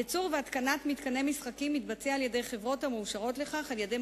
ייצור והתקנת מתקני משחקים מתבצעים על-ידי חברות המאושרות לכך על-ידי